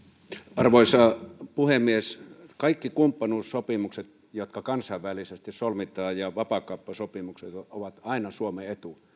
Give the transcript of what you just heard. arvoisa puhemies kaikki kumppanuussopimukset jotka kansainvälisesti solmitaan ja vapaakauppasopimukset ovat aina suomen etu